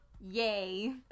yay